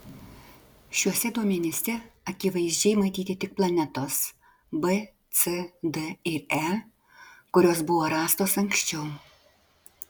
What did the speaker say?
šiuose duomenyse akivaizdžiai matyti tik planetos b c d ir e kurios buvo rastos anksčiau